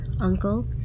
uncle